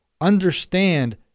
understand